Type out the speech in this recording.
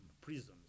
prisons